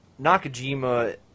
Nakajima